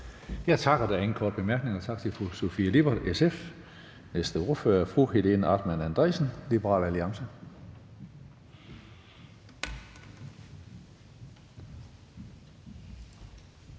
Der er ingen korte bemærkninger. Tak til fru Sofie Lippert, SF. Næste ordfører er fru Helena Artmann Andresen, Liberal Alliance.